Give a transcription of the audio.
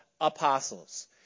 apostles